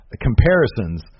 comparisons